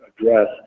address